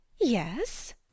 Yes